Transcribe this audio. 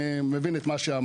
אני מבין את מה שאמרת,